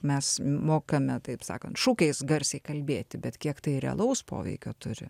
mes mokame taip sakant šūkiais garsiai kalbėti bet kiek tai realaus poveikio turi